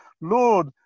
Lord